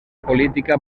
política